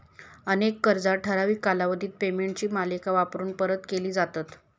अनेक कर्जा ठराविक कालावधीत पेमेंटची मालिका वापरून परत केली जातत